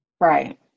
Right